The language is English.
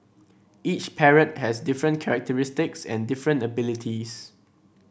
each parrot has different characteristics and different abilities